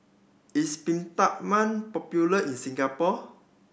is Peptamen popular in Singapore